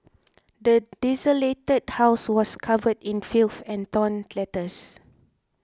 the desolated house was covered in filth and torn letters